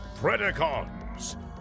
Predacons